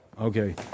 Okay